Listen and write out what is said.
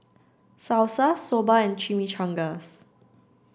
Salsa Soba and Chimichangas